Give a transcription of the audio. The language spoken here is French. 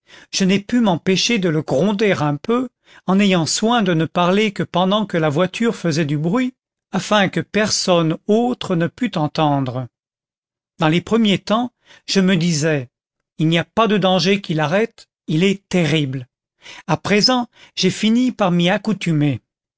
je n'ai pu m'empêcher de le gronder un peu en ayant soin de ne parler que pendant que la voiture faisait du bruit afin que personne autre ne pût entendre dans les premiers temps je me disais il n'y a pas de dangers qui l'arrêtent il est terrible à présent j'ai fini par m'y accoutumer